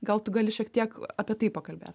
gal tu gali šiek tiek apie tai pakalbė